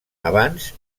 abans